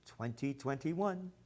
2021